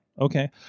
okay